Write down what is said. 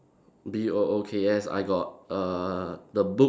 B O O K S I got err the books